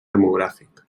demogràfic